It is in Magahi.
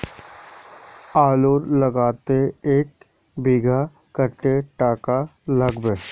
आलूर लगाले एक बिघात कतेक टका लागबे?